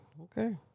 okay